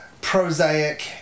prosaic